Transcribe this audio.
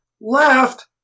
left